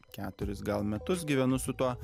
keturis gal metus gyvenu su tuo